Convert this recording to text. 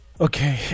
Okay